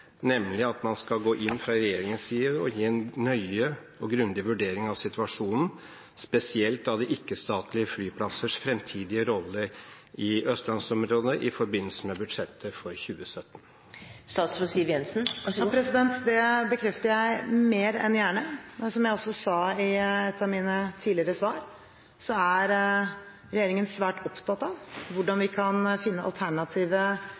nemlig at man fra regjeringens side skal gå inn og gi en nøye og grundig vurdering av situasjonen, spesielt av de ikke-statlige flyplassers fremtidige rolle i østlandsområdet, i forbindelse med budsjettet for 2017. Det bekrefter jeg mer enn gjerne. Som jeg også sa i et av mine tidligere svar, er regjeringen svært opptatt av hvordan vi kan finne